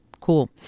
cool